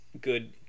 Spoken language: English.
good